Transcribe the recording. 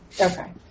Okay